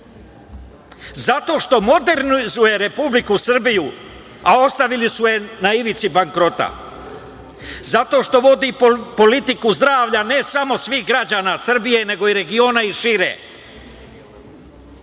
Zato što modernizuje Republiku Srbiju, a ostavili su je na ivici bankrota, zato što vodi politiku zdravlja, ne samo svih građana Srbije, nego i regiona i